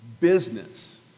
business